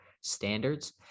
standards